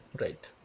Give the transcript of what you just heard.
Right